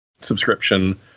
subscription